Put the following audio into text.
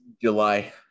July